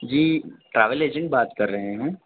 جی travel agent بات کر رہے ہیں